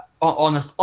on